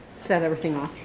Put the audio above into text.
said everything